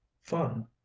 fun